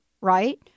Right